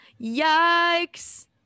Yikes